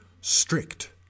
Strict